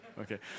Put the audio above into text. Okay